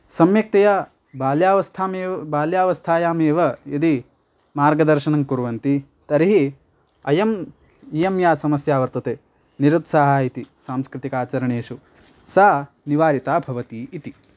सम्यक्तया बाल्यावस्थायाम् एव् बाल्यावस्थायामेव यदि मार्गदर्शनं कुर्वन्ति तर्हि इयम् इयं या समस्या वर्तते निरुत्साहः इति सांस्कृतिकाचरणेषु सा निवारिता भवति इति